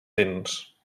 tens